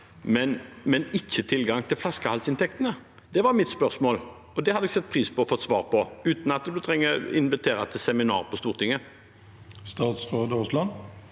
men ikke får tilgang til flaskehalsinntektene? Det var mitt spørsmål. Det hadde jeg satt pris på å få svar på, uten at en trenger å invitere til seminar på Stortinget.